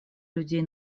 людей